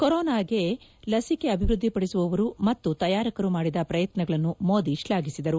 ಕೊರೊನಾಗೆ ಲಸಿಕೆ ಅಭಿವೃದ್ದಿಪದಿಸುವವರು ಮತ್ತು ತಯಾರಕರು ಮಾಡಿದ ಪ್ರಯತ್ನಗಳನ್ನು ಮೋದಿ ಶ್ಲಾಫಿಸಿದರು